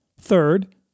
Third